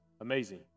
amazing